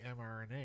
mRNA